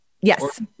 Yes